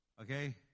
Okay